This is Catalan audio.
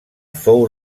fou